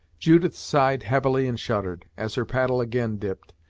judith sighed heavily and shuddered, as her paddle again dipped,